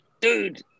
dude